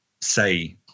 say